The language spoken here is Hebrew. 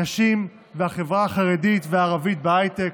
נשים והחברה החרדית והערבית בהייטק,